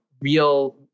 real